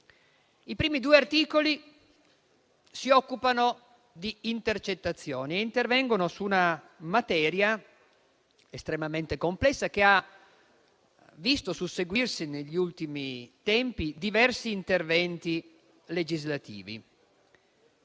I primi due articoli si occupano di intercettazioni e intervengono su una materia estremamente complessa, che ha visto susseguirsi negli ultimi tempi diversi interventi legislativi.